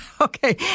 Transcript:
Okay